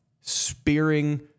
spearing